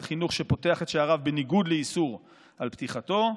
חינוך שפותח את שעריו בניגוד לאיסור על פתיחתו.